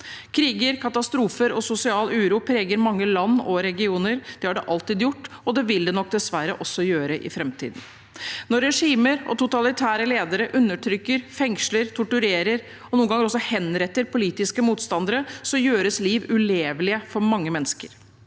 Kriger, katastrofer og sosial uro preger mange land og regioner. Det har det alltid gjort, og det vil det nok dessverre også gjøre i framtiden. Når regimer og totalitære ledere undertrykker, fengsler, torturerer og noen ganger også henretter politiske motstandere, gjøres liv ulevelig for mange mennesker.